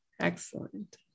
Excellent